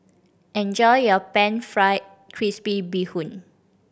enjoy your Pan Fried Crispy Bee Hoon